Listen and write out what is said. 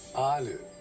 alo